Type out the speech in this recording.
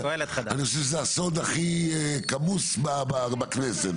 אני חושב שזה הסוד הכי כמוס בכנסת.